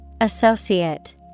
Associate